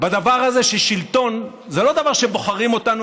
בדבר הזה ששלטון הוא לא דבר שבוחרים אותנו